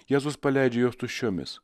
jėzus paleidžia juos tuščiomis